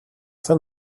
fin